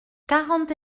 quarante